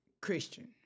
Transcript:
Christian